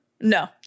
No